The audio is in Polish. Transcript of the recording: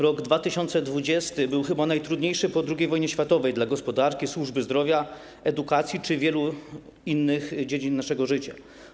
Rok 2020 był chyba rokiem najtrudniejszym po II wojnie światowej dla gospodarki, służby zdrowia, edukacji czy wielu innych dziedzin naszego życia.